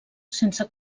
sense